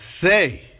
say